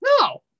no